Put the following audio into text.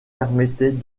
permettait